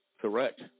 Correct